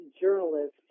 journalist